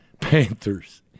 Panthers